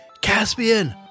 Caspian